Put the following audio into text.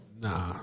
Nah